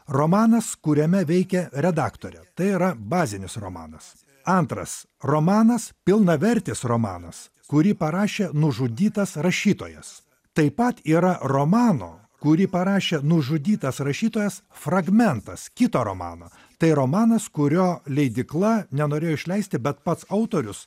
romanas kuriame veikia redaktorė tai yra bazinis romanas antras romanas pilnavertis romanas kurį parašė nužudytas rašytojas taip pat yra romano kurį parašė nužudytas rašytojas fragmentas kito romano tai romanas kurio leidykla nenorėjo išleisti bet pats autorius